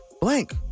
blank